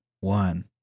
one